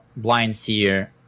blind sear